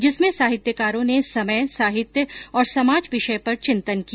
जिसमें साहित्यकारों ने समय साहित्य और समाज विषय पर चिंतन किया